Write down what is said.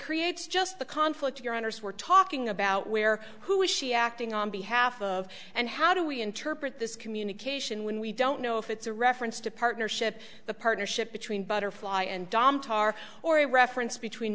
creates just the conflict your honour's we're talking about where who is she acting on behalf of and how do we interpret this communication when we don't know if it's a reference to partnership the partnership between butterfly and dom tar or a reference between